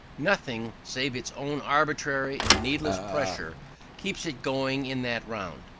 nothing save its own arbitrary and needless pressure keeps it going in that round.